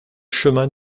chemin